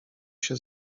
się